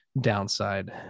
downside